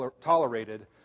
tolerated